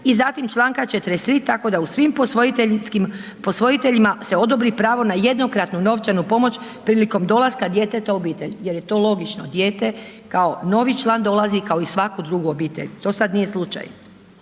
i zatim čl. 43. tako da u svojim posvojiteljima se odobri pravo na jednokratnu novčanu pomoć prilikom dolaska djeteta u obitelj jer je to logično. Dijete kao novi član dolazi, kao i u svaku drugu obitelj, to sad nije slučaj.